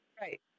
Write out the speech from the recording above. Right